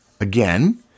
Again